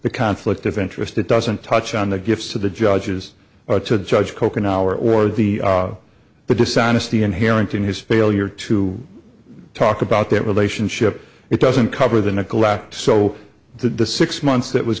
the conflict of interest that doesn't touch on the gifts to the judges or to the judge coconut hour or the but dishonesty inherent in his failure to talk about that relationship it doesn't cover the neglect so that the six months that was